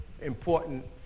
important